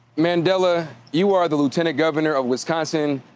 mandela, you are the lieutenant governor of wisconsin,